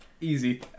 easy